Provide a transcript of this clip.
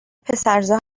پسرزا